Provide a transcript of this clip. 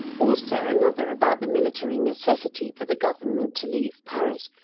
also another about the military necessity for the government to leave paris,